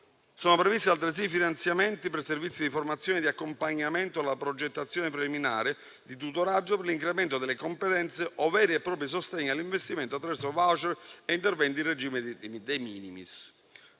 Sono previsti altresì finanziamenti per i servizi di formazione e di accompagnamento alla progettazione preliminare, di tutoraggio per l'incremento delle competenze, o veri e propri sostegni all'investimento attraverso *voucher* e interventi in regime di *de minimis*.